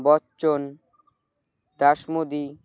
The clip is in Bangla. বচ্চন দাসমুদী